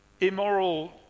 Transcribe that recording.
immoral